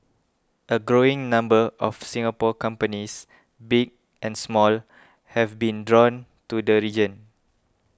a growing number of Singapore companies big and small have been drawn to the region